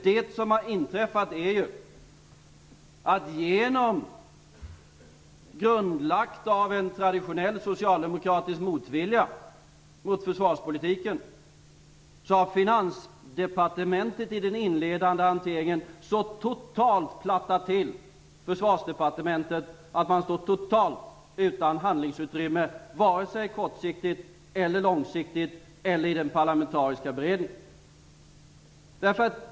Det som har inträffat är ju att genom, och grundlagt av, en traditionell socialdemokratisk motvilja mot försvarspolitiken har Finansdepartementet i den inledande hanteringen så totalt plattat till Försvarsdepartementet att man står totalt utan handlingsutrymme kortsiktigt, långsiktigt och i den parlamentariska beredningen.